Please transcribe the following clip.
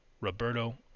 Roberto